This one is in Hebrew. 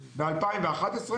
ב-2011,